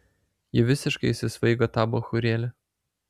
ji visiškai įsisvaigo tą bachūrėlį